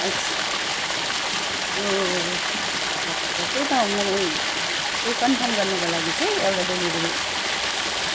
अच्छा हो हो हो हो ठिक छ ठिक छ त्यही त म त्यही कनफर्म गर्नुको लागि चाहिँ एउटा डेलिभरी